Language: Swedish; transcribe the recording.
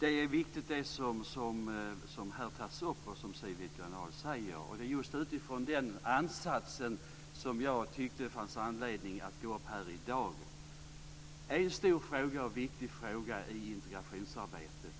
Fru talman! Det som Siw Wittgren-Ahl säger är viktigt. Det var just utifrån den ansatsen som jag tyckte att det fanns anledning att gå upp i talarstolen i dag. En stor och viktig fråga är integrationsarbetet.